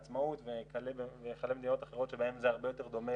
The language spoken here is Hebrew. העצמאות וכלה במדינות אחרות שבהן זה הרבה יותר דומה